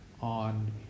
on